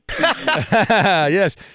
Yes